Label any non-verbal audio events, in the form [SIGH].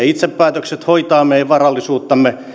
[UNINTELLIGIBLE] itse päätökset hoitaa meidän varallisuuttamme